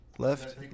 Left